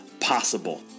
possible